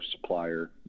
supplier